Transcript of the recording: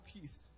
peace